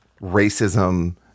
racism